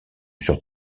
sur